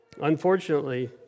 Unfortunately